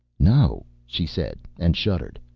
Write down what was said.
no, she said, and shuddered.